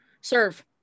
Serve